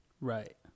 right